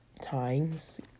times